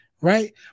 right